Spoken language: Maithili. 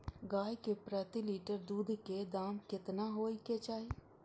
गाय के प्रति लीटर दूध के दाम केतना होय के चाही?